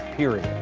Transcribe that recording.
period.